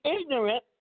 ignorant